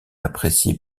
appréciée